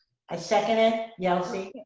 i second it, yelsey.